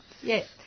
Yes